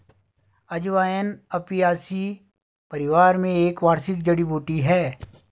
अजवाइन अपियासी परिवार में एक वार्षिक जड़ी बूटी है